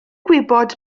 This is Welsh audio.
gwybod